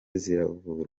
ziravurwa